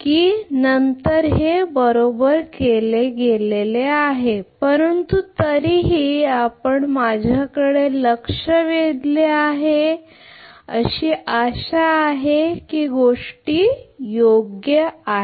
की हे बरोबर केले गेले आहे परंतु तरीही आपण माझ्याकडे लक्ष वेधले आहे की आशा आहे की गोष्टी योग्य आहेत